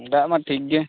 ᱫᱟᱜ ᱢᱟ ᱴᱷᱤᱠ ᱜᱮ